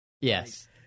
Yes